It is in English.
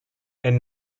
and